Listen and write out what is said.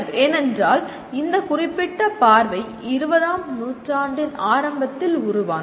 ஏனென்றால் இந்த குறிப்பிட்ட பார்வை 20 ஆம் நூற்றாண்டின் ஆரம்பத்தில் உருவானது